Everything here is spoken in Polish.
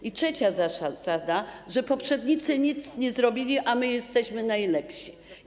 I trzecia zasada: poprzednicy nic nie zrobili, a my jesteśmy najlepsi.